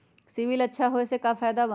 CIBIL अच्छा होऐ से का फायदा बा?